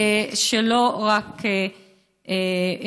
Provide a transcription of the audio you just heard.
לא רק מהתקשורת.